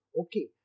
Okay